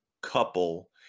couple